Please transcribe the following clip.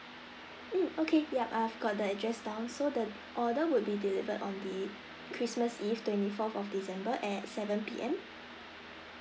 mm okay yup I've got the address down so the order would be delivered on the christmas eve twenty fourth of december at seven P_M